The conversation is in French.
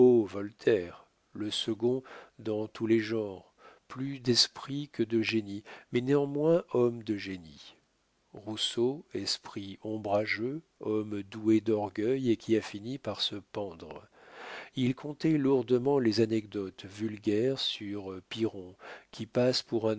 voltaire le second dans tous les genres plus d'esprit que de génie mais néanmoins homme de génie rousseau esprit ombrageux homme doué d'orgueil et qui a fini par se pendre il contait lourdement les anecdotes vulgaires sur piron qui passe pour un